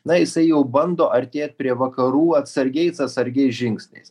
na jisai jau bando artėt prie vakarų atsargiais atsargiais žingsniais